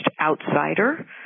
outsider